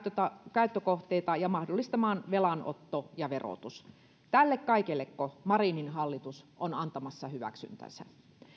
käyttökohteita ja mahdollistamaan velanotto ja verotus tälle kaikelleko marinin hallitus on antamassa hyväksyntänsä